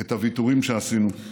את הוויתורים שעשינו.